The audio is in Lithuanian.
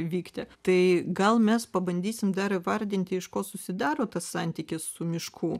vykti tai gal mes pabandysim dar įvardinti iš ko susidaro tas santykis su mišku